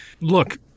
Look